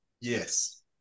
Yes